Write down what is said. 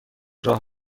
راه